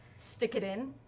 stick it in,